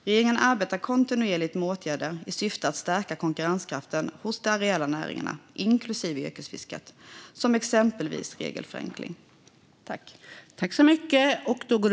Regeringen arbetar kontinuerligt med åtgärder i syfte att stärka konkurrenskraften hos de areella näringarna, inklusive yrkesfisket, som exempelvis regelförenkling. Då interpellanten anmält att han var förhindrad att närvara vid sammanträdet medgav andre vice talmannen att Ann-Sofie Alm i stället fick delta i debatten.